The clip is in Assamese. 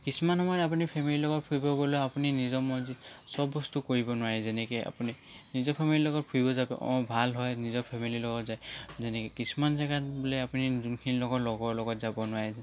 কিছুমান সময়ত আপুনি ফেমেলীৰ লগত ফুৰিব গ'লেও আপুনি নিজৰ মৰ্জিত চব বস্তু কৰিব নোৱাৰে যেনেকৈ আপুনি নিজৰ ফেমেলীৰ লগত ফুৰিব যাওক অঁ ভাল হয় নিজৰ ফেমেলীৰ লগত যায় যেনেকৈ কিছুমান জেগাত বোলে আপুনি যোনখিনি লগৰ লগত যাব নোৱাৰে